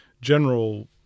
general